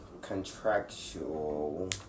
contractual